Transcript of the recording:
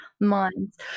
minds